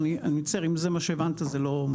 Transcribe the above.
אני מצטער, אם זה מה שהבנת זה לא.